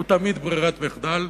הוא תמיד ברירת מחדל,